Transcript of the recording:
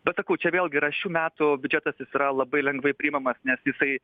bet sakau čia vėlgi yra šių metų biudžetas jis yra labai lengvai priimamas nes jisai